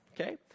okay